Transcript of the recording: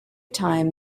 time